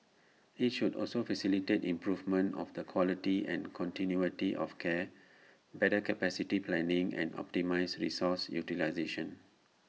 IT should also facilitate improvement of the quality and continuity of care better capacity planning and optimise resource utilisation